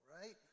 right